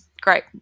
Great